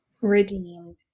Redeemed